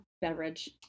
beverage